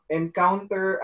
encounter